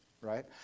right